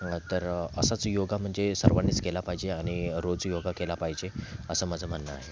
तर असाच योगा म्हणजे सर्वांनीच केला पाहिजे आणि रोज योगा केला पाहिजे असं माझं म्हणणं आहे